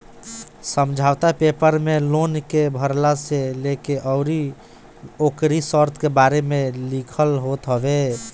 समझौता पेपर में लोन के भरला से लेके अउरी ओकरी शर्त के बारे में लिखल होत हवे